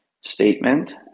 statement